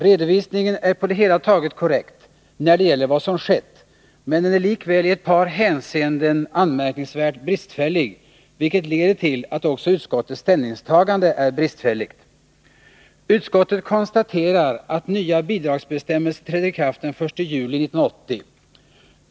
Redovisningen är på det hela korrekt när det gäller vad som skett, men den är i ett par hänseenden anmärkningsvärt bristfällig, vilket leder till att också utskottets ställningstagande är bristfälligt. Utskottet konstaterar att nya bidragsbestämmelser trädde i kraft den 1 juli 1980.